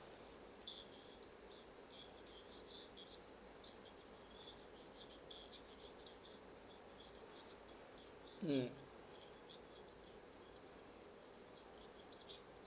mm